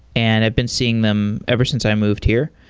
and i've been seeing them ever since i moved here.